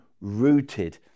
rooted